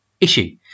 issue